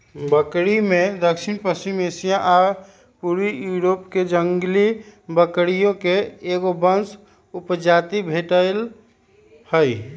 बकरिमें दक्षिणपश्चिमी एशिया आ पूर्वी यूरोपके जंगली बकरिये के एगो वंश उपजाति भेटइ हइ